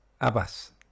Abbas